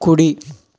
కుడి